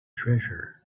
treasure